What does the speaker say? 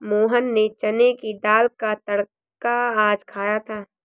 मोहन ने चने की दाल का तड़का आज खाया था